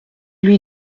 lui